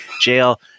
Jail